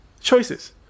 choices